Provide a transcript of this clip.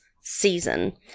season